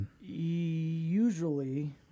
Usually